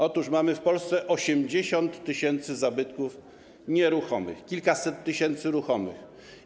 Otóż mamy w Polsce 80 tys. zabytków nieruchomych, kilkaset tysięcy ruchomych.